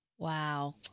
Wow